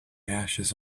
ashes